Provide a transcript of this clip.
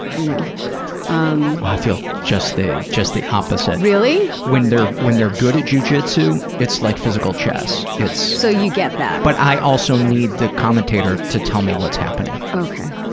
you know um i feel just the just the opposite. really? when they're when they're good at jiu jitsu, it's like physical chess. so you get that. but i also need the commentator to tell me what's happening. okay.